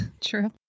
true